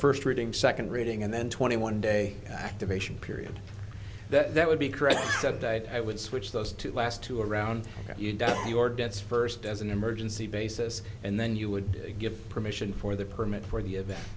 first reading second reading and then twenty one day activation period that would be correct that day i would switch those two last two around you done your debts first as an emergency basis and then you would give permission for the permit for the event